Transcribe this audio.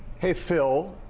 hey, phil,